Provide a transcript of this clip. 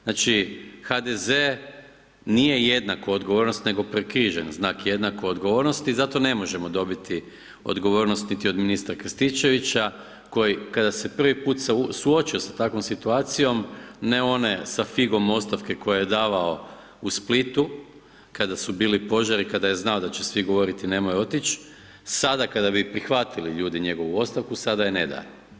Znači, HDZ nije jednak odgovornosti, nego prekrižen znak jednako odgovornosti, zato ne možemo dobiti odgovornost niti od ministra Krstičevića, koji, kada se prvi put suočio sa takvom situacijom, ne one sa figom ostavke koje je davao u Splitu, kada su bili požari, kada je znao da će svi govoriti nemoj otić, sada kada bi prihvatili ljudi njegovu ostavku, sada je ne daje.